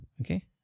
okay